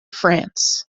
france